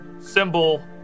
symbol